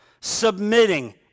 submitting